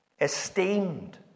Esteemed